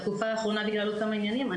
בתקופה האחרונה בגלל עוד כמה עניינים,